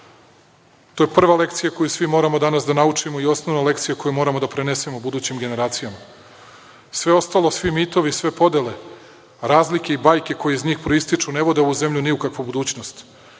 To je prva lekcija koju svi moramo da naučimo i osnovna lekcija koju moramo da prenesemo budućim generacijama. Sve ostalo, svi mitovi, sve podele, razlike i bajke koje iz njih proističu ne vode ovu zemlju ni u kakvu budućnost.